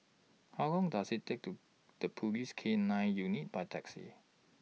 How Long Does IT Take to The Police K nine Unit By Taxi